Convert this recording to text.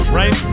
right